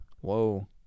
Whoa